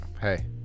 Hey